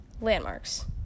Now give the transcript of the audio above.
Landmarks